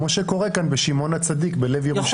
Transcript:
כמו שקורה כאן בשמעון הצדיק בלב ירושלים.